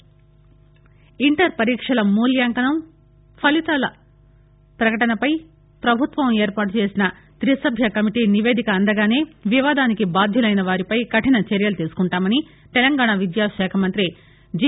inter మంతి inter పరీక్షల మూల్యాంకనం ఫలితాల పకటనపై పభుత్వం ఏర్పాటు చేసిన త్రిసభ్య కమిటీ నివేదిక అందగానే ఈ వివాదానికి బాధ్యులైన వారిపై కఠిన చర్యలు తీసుకుంటామని తెలంగాణ విద్యాశాఖమంతి జి